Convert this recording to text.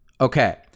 Okay